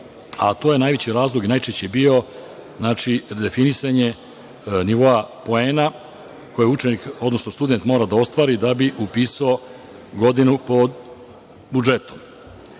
a to je najveći razlog i najčešći je bio, znači, definisanje nivoa poena, koje učenik, odnosno student mora da ostvari da bi upisao godinu po budžetu.